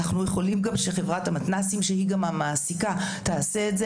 אנחנו יכולים גם שחברת המתנ"סים - שהיא גם המעסיקה -תעשה זאת.